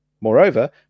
Moreover